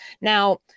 Now